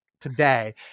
today